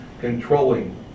controlling